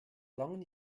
langen